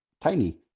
tiny